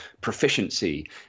proficiency